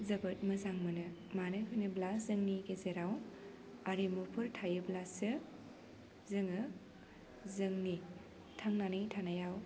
जोबोद मोजां मोनो मानो होनोब्ला जोंनि गेजेराव आरिमुफोर थायोब्लासो जोङो जोंनि थांनानै थानायाव